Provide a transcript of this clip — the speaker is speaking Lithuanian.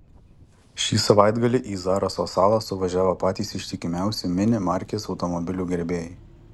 šį savaitgalį į zaraso salą suvažiavo patys ištikimiausi mini markės automobilių gerbėjai